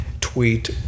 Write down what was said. tweet